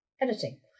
editing